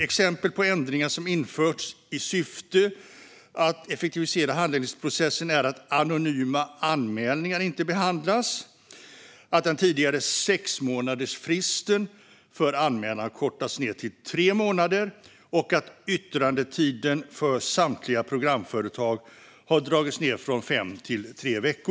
Exempel på ändringar som införts i syfte att effektivisera handläggningsprocessen är att anonyma anmälningar inte behandlas, att den tidigare sexmånadersfristen för anmälan kortats ned till tre månader och att yttrandetiden för samtliga programföretag har dragits ned från fem till tre veckor.